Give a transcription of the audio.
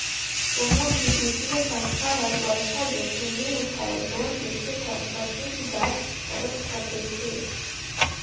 कोनो भी बित्तीय संस्था हर बड़खा जोखिम नी उठाय लोन देथे ता बतेच जांच परख कर देथे